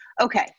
Okay